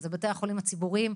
לגבי בתי החולים הציבוריים,